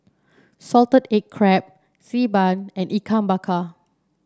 Salted Egg Crab Xi Ban and Ikan Bakar